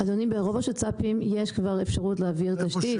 אדוני, ברוב השצ"פים יש כבר אפשרות להעביר תשתית.